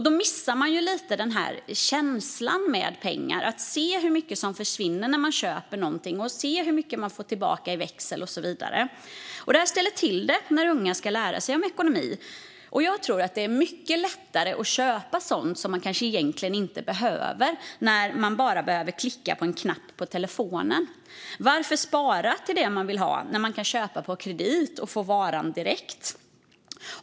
Då missar man lite känslan med pengar, att se hur mycket som försvinner när man köper något och hur mycket man får tillbaka i växel och så vidare. Det här ställer till det när unga ska lära sig om ekonomi. Jag tror att det är mycket lättare att köpa sådant man egentligen inte behöver när det bara är att klicka på en knapp på telefonen. Varför spara till det man vill ha när man kan köpa på kredit och få varan direkt?